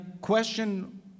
question